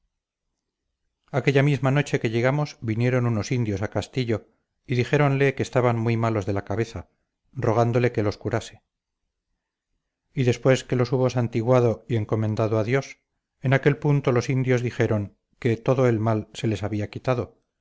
aquella misma noche que llegamos vinieron unos indios a castillo y dijéronle que estaban muy malos de la cabeza rogándole que los curase y después que los hubo santiguado y encomendado a dios en aquel punto los indios dijeron que todo el mal se les había quitado